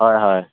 হয় হয়